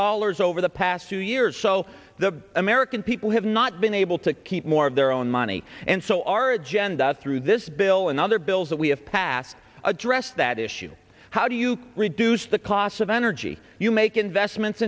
dollars over the past two years so the american people have not been able to keep more of their own money and so our agenda through this bill and other bills that we have passed address that issue how do you reduce the cost of energy you make investments